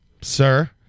Sir